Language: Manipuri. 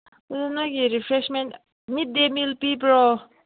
ꯑꯗꯨ ꯅꯣꯏꯒꯤ ꯔꯤꯐ꯭ꯔꯦꯁꯃꯦꯟ ꯃꯤꯠ ꯗꯦ ꯃꯤꯜ ꯄꯤꯕ꯭ꯔꯣ